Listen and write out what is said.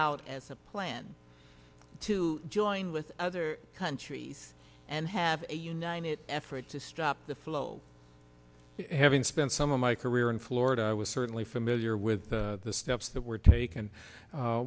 out as a plan to join with other countries and have a united effort to stop the flow having spent some of my career in florida i was certainly familiar with the steps that were taken